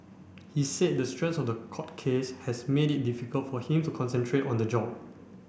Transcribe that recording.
he said the stress of the court case has made it difficult for him to concentrate on the job